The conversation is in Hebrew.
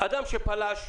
אדם שפלש,